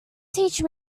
teach